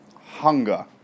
hunger